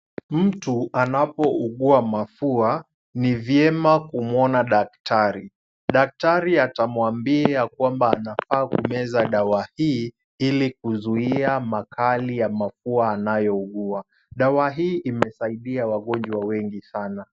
Mtu anapougua mafua ni vyema kumuona daktari. Daktari atamwambia kwamba anafaa kumeza dawa hii ili kuzuia makali ya mafua anayougua. Dawa hii imesaidia wagonjwa wengi sana.